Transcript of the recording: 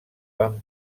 van